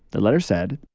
the letter said.